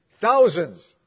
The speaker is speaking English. thousands